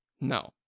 No